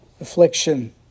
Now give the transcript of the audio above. affliction